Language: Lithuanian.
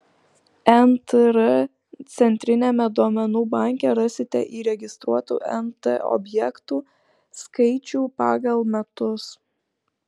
ntr centriniame duomenų banke rasite įregistruotų nt objektų skaičių pagal metus